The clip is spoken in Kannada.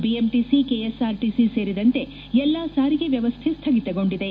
ಬಿಎಂಟಿಸಿ ಕೆಎಸ್ಆರ್ಟಿಸಿ ಸೇರಿದಂತೆ ಎಲ್ಲಾ ಸಾರಿಗೆ ವ್ಯವಸ್ಥೆ ಸ್ಥಗಿತಗೊಂಡಿದೆ